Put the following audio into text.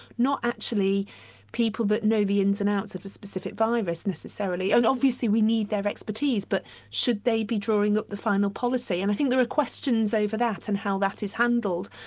not actually people that know the ins and outs of a specific virus, necessarily, and obviously we need that expertise, but should they be drawing up the final policy? and i think there are questions over that and how that is handled.